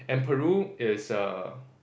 and Peru is a